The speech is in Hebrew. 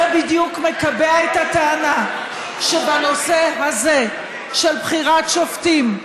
זה בדיוק מקבע את הטענה שבנושא הזה של בחירת שופטים,